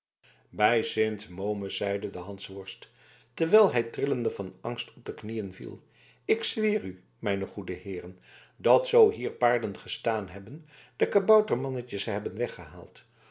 bij sint momus zeide de hansworst terwijl hij trillende van angst op de knieën viel ik zweer u mijne goede heeren dat zoo hier paarden gestaan hebben de kaboutermannetjes ze hebben weggehaald